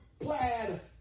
plaid